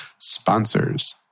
sponsors